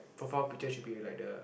profile picture should be like the